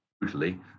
brutally